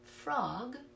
Frog